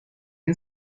این